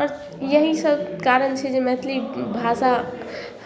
आओर इएहसब कारण छै जे मैथिली भाषा